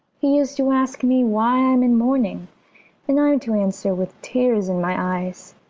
he is to ask me why i'm in mourning and i'm to answer with tears in my eyes,